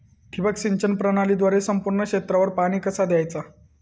ठिबक सिंचन प्रणालीद्वारे संपूर्ण क्षेत्रावर पाणी कसा दयाचा?